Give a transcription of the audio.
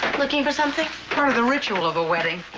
looking for something? part of the ritual of a wedng.